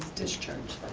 discharged,